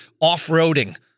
off-roading